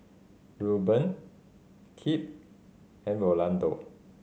Rueben Kip and Rolando